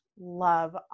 love